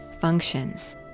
functions